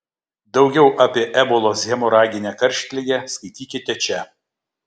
daugiau apie ebolos hemoraginę karštligę skaitykite čia